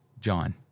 John